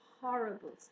horrible